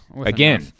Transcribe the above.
Again